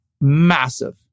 massive